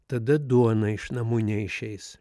tada duona iš namų neišeis